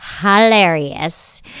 hilarious